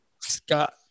Scott